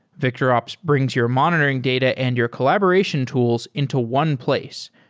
victorops brings your monitoring data and your collaboration tools into one place,